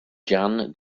jan